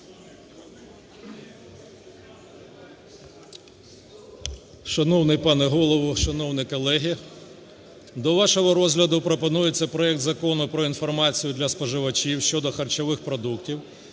Шановний пане Голово! Шановні колеги! До вашого розгляду пропонується проект Закону про інформацію для споживачів щодо харчових продуктів